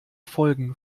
folgen